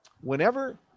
Whenever